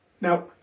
Now